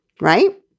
right